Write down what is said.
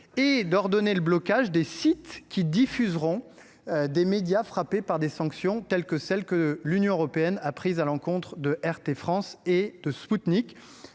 et d’ordonner le blocage des sites qui diffuseront des médias frappés par les sanctions internationales comme celles que l’Union européenne a prises à l’encontre de RT France et de Sputnik.